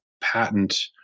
patent